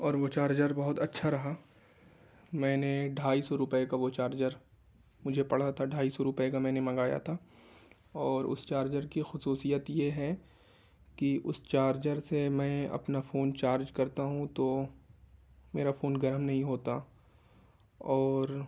اور وہ چارجر بہت اچھا رہا میں نے ڈھائی سو روپئے کا وہ چارجر مجھے پڑا تھا ڈھائی سو روپئے کا میں نے منگایا تھا اور اس چارجر کی خصوصیت یہ ہے کہ اس چارجر سے میں اپنا فون چارج کرتا ہوں تو میرا فون گرم نہیں ہوتا اور